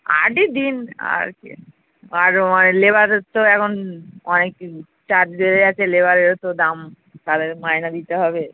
আটই দিন আর কি আর লেবারের তো এখন অনেক চার্জ বেড়ে গিয়েছে লেবারেরও তো দাম তাদের মাইনে দিতে হবে